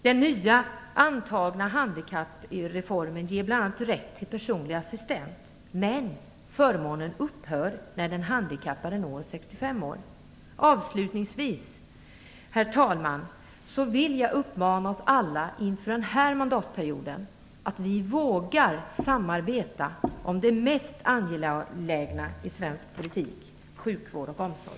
Den nyligen antagna handikappreformen ger bl.a. rätt till personlig assistent, men förmånen upphör när den handikappade uppnår 65 år. Avslutningsvis, herr talman, inför den här mandatperioden vill jag uppmana er alla att våga samarbeta om det mest angelägna i svensk politik, nämligen sjukvård och omsorg.